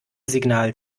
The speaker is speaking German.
signal